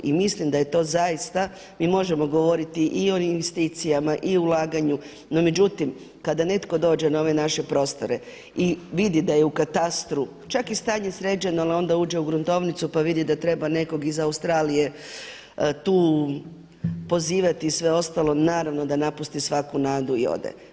I mislim da je to zaista, mi možemo govoriti i o investicijama i o ulaganju, međutim, kada netko dođe na ove naše prostore i vidi da je u katastru čak i stanje sređeno, ali onda uđe u gruntovnici pa vidi da treba nekog iz Australije tu pozivati i sve ostalo, naravno da napusti svaku nadu i ode.